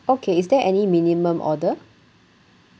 okay is there any minimum order